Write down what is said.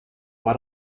why